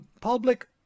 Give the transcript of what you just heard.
public